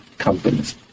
companies